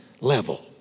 level